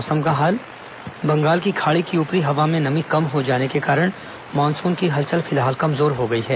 मौसम बंगाल की खाड़ी की ऊपरी हवा में नमी कम हो जाने के कारण मानसून की हलचल फिलहाल कमजोर हो गई है